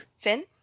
fin